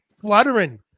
fluttering